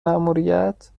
ماموریت